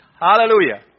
hallelujah